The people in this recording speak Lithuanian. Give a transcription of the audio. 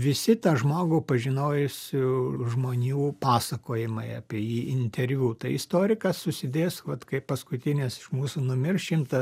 visi tą žmogų pažinojusių žmonių pasakojimai apie jį interviu tai istorikas susidės vat kai paskutinis iš mūsų numirs šimtą